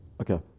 Okay